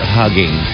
hugging